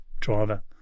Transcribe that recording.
driver